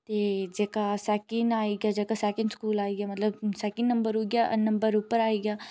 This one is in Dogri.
ते जेह्का सेकेंड आइया जेह्का सेकेंड स्कूल आइया मतलब सेकेंड नंबर उ'यै उप्पर आइया